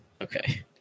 Okay